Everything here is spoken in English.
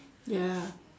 ya